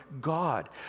God